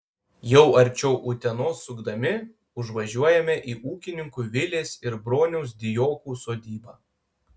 jau arčiau utenos sukdami užvažiuojame į ūkininkų vilės ir broniaus dijokų sodybą